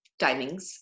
timings